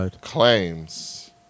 claims